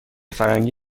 فرنگی